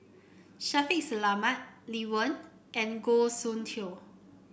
Shaffiq Selamat Lee Wen and Goh Soon Tioe